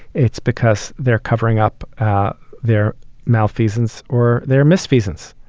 it's because they're covering up their malfeasance or their misfeasance.